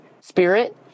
spirit